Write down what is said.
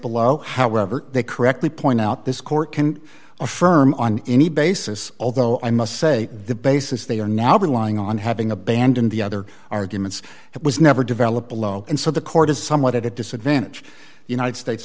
below however they correctly point out this court can affirm on any basis although i must say the basis they are now relying on having abandoned the other arguments it was never developed below and so the court is somewhat at a disadvantage united states